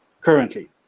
currently